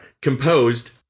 composed